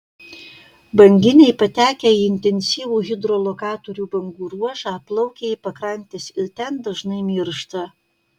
banginiai patekę į intensyvių hidrolokatorių bangų ruožą plaukia į pakrantes ir ten dažnai miršta